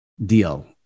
deal